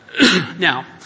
Now